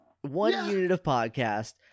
one-unit-of-podcast